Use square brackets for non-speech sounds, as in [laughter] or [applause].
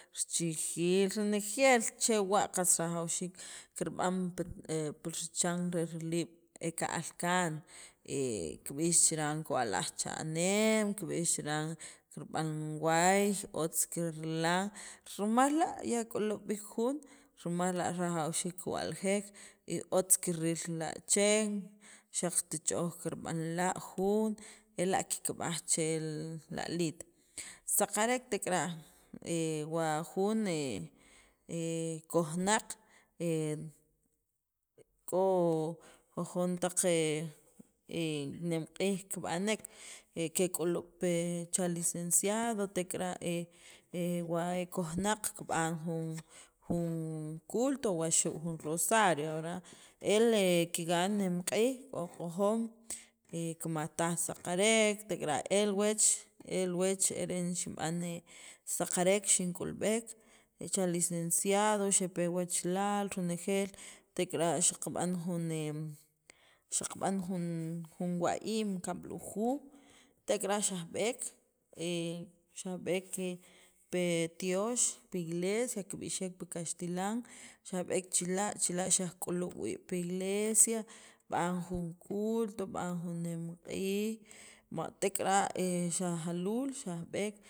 richiij renejeel chewa' qas rajawxiik kirb'an pir chan [hesitation] rel riliib' e kaj alkan [hesitation] kib'iix chiran kiwalaj chaneem kib'iix chiran kirb'an waay otz' kirlaan rumaal la' ya k'ulub'iik jun rimaal la rajawxiik kiwaljeek otz' kiriil la achen xaq't ch'ooj kirb'an la jun ela kikib'aaj chel la aliit saqarek tik'ara [hesitation] wa' jun [hesitation] kojnaaq [hesitation] k'o ju juntaq [hesitation] neem q'iij kib'aneek ke k'uluub' pi cha licenciado tekara' wa [hesitation] e kojolnaaq kib'an jun jun culto wuxu' jun rosario verdad el le kiqaan nimq'iij kó q'ojoom [hesitation] kimajtaaj ki saqarek tekara' el wech er reen xinb'an [hesitation] saqarek xink'ulb'eek chal licenciado xepe wachalaal rinejeel tekara' xaqab'aan jun ne xaqab'an jun jun waim kab'lujuuj tekara xaj b'eek [hesitation] xajb'eek que pi tyoox pi iglesia ki b'ixeek pi caxtialn xaj b'eek chila chila xaaj k'uluub' b'ii pi iglesia b'an jun culto b'an jun neem q'iij b'a tekara' xajaluul xaj b'eek.